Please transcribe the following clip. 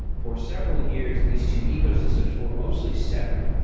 for several years, these two ecosystems were mostly separate.